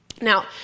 Now